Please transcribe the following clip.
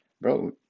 bro